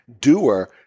doer